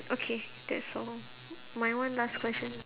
okay that's all my one last question